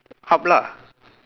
up lah